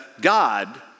God